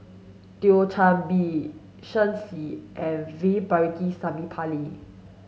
Thio Chan Bee Shen Xi and V Pakirisamy Pillai